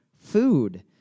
food